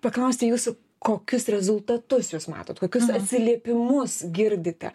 paklausti jūsų kokius rezultatus jūs matot kokius atsiliepimus girdite